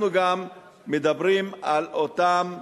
אנחנו גם מדברים על אותם